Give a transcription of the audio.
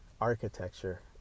architecture